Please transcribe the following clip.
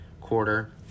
quarter